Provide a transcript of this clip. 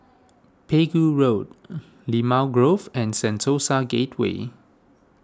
Pegu Road Limau Grove and Sentosa Gateway